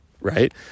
Right